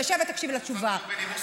את לא מקשיבה, אבל את מתלהמת.